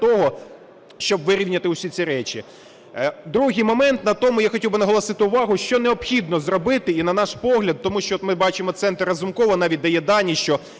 наголосити увагу, що необхідно зробити і на наш погляд. Тому що ми бачимо Центр Разумкова навіть дає дані, що